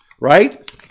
right